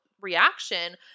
reaction